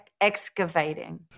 excavating